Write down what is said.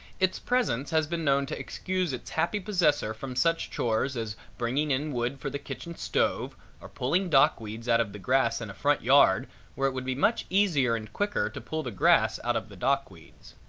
its presence has been known to excuse its happy possessor from such chores as bringing in wood for the kitchen stove or pulling dock weeds out of the grass in a front yard where it would be much easier and quicker to pull the grass out of the dock weeds.